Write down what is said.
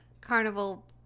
Carnival